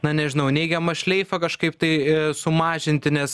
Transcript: na nežinau neigiamą šleifą kažkaip tai sumažinti nes